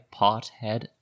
pothead